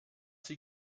sie